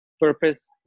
purpose